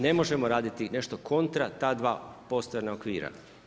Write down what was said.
Ne možemo raditi nešto kontra ta dva postojana okvira.